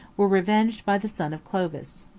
were revenged by the son of clovis.